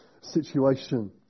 situation